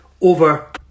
over